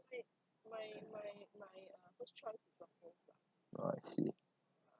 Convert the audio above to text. I see